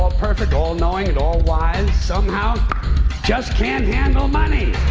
all-perfect, all-knowing, and all-wise, somehow just can't handle money!